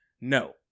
no